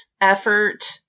effort